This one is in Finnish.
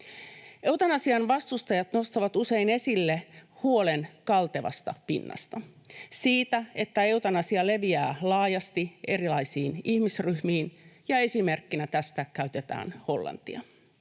Eutanasian vastustajat nostavat usein esille huolen kaltevasta pinnasta, siitä, että eutanasia leviää laajasti erilaisiin ihmisryhmiin, ja esimerkkinä tästä käytetään Hollantia.